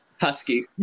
Husky